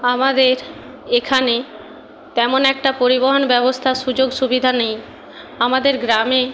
আমাদের এখানে তেমন একটা পরিবহন ব্যবস্থা সুযোগ সুবিধা নেই আমাদের গ্রামে